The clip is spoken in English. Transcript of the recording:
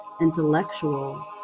intellectual